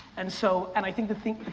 and so, and i think the thing,